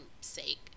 sake